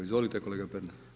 Izvolite kolega Pernar.